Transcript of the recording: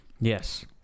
yes